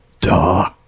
Duh